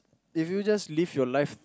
if you just live your life